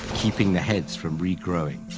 keeping the heads from regrowing.